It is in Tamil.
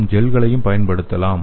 நாம் ஜெல்களையும் பயன்படுத்தலாம்